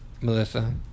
Melissa